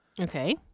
Okay